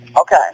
Okay